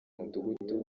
mudugudu